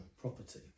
property